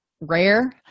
rare